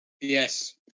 Yes